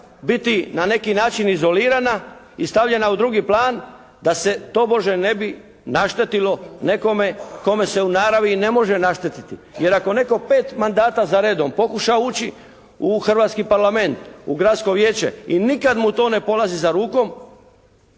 biti na neki način izolirana i stavljena u drugi plan da se tobože ne bi naštetilo nekome kome se u naravi ne može naštetiti. Jer ako netko 5 mandata za redom pokuša ući u Hrvatski parlament, u Gradsko vijeće i nikad mu to ne polazi za rukom